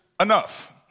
enough